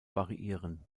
variieren